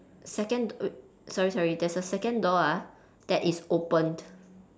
second wait sorry sorry there's a second door ah that is opened